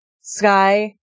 Sky